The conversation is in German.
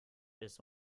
bis